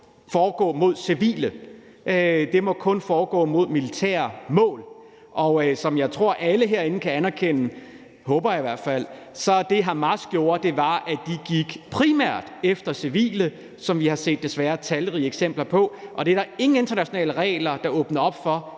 foregå mod civile, men kun mod militære mål. Og som jeg tror alle herinde kan anerkende – det håber jeg i hvert fald – var det, som Hamas gjorde, at de primært gik efter civile, hvilket vi desværre har set talrige eksempler på. Og det er der ingen internationale regler der åbner op for,